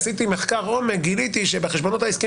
עשיתי מחקר עומק וגיליתי שבחשבונות העסיקים